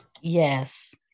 Yes